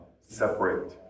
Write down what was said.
separate